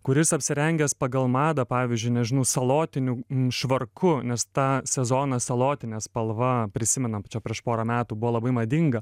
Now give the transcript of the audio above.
kuris apsirengęs pagal madą pavyzdžiui nežinau salotiniu švarku nes tą sezoną salotinė spalva prisimenam čia prieš porą metų buvo labai madinga